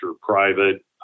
private